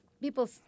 people